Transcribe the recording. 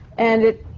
and it.